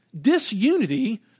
Disunity